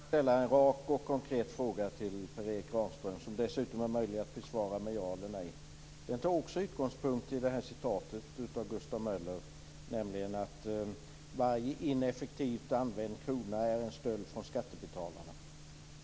Fru talman! Jag skulle vilja ställa en rak och konkret fråga till Per Erik Granström, en fråga som dessutom är möjlig att besvara med ja eller nej. Den tar också sin utgångspunkt i det här citatet från Gustav Möller om att varje ineffektivt använd krona är en stöld från skattebetalarna.